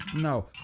No